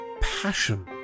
passion